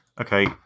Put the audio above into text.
Okay